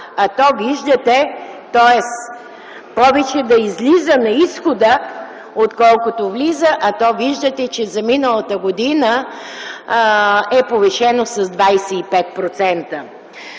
свършени дела, тоест повече да излиза на изхода, отколкото влиза. Виждате, че за миналата година е повишено с 25%.